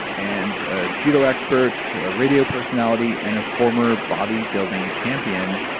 and a judo expert, a radio personality, and a former bodybuilding champion,